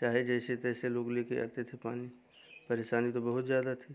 चाहे जैसे तैसे लोग लेकर आते थे पानी परेशानी तो बहुत ज़्यादा थी